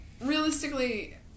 realistically